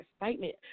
excitement